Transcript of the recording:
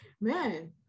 man